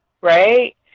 right